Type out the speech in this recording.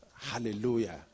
Hallelujah